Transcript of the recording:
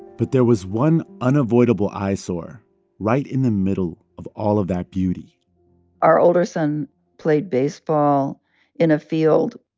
but there was one unavoidable eyesore right in the middle of all of that beauty our older son played baseball in a field,